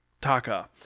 Taka